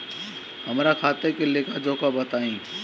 हमरा खाता के लेखा जोखा बताई?